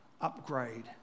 upgrade